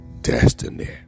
destiny